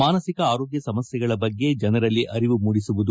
ಮಾನಸಿಕ ಆರೋಗ್ಯ ಸಮಸ್ಥೆಗಳ ಬಗ್ಗೆ ಜನರಲ್ಲಿ ಅರಿವು ಮೂಡಿಸುವುದು